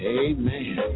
amen